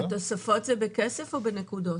התוספות זה בכסף או בנקודות?